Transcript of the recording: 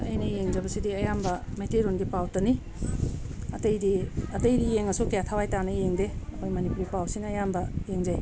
ꯑꯩꯅ ꯌꯦꯡꯖꯕꯁꯤꯗꯤ ꯑꯌꯥꯝꯕ ꯃꯩꯇꯩꯂꯣꯟꯒꯤ ꯄꯥꯎꯇꯅꯤ ꯑꯇꯩꯗꯤ ꯑꯇꯩꯗꯤ ꯌꯦꯡꯉꯁꯨ ꯀꯌꯥ ꯊꯋꯥꯏ ꯇꯥꯅ ꯌꯦꯡꯗꯦ ꯑꯩꯈꯣꯏ ꯃꯅꯤꯄꯨꯔ ꯄꯥꯎꯁꯤꯅ ꯑꯌꯥꯝꯕ ꯌꯦꯡꯖꯩ